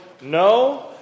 no